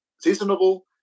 seasonable